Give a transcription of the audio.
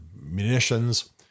munitions